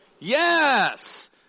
Yes